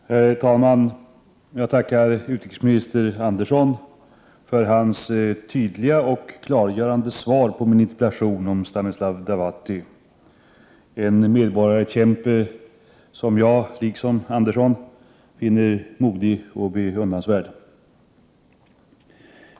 fangslade tjöckiske Herr talman! Jag tackar utrikesminister Sten Andersson för hans klargömedboredrenSilänislon, rande svar på min interpellation om Stanislav Devåty, en medborgarrätts Devåty 8 kämpe som jag, liksom Sten Andersson, finner modig och beundransvärd.